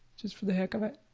just for the heck of it.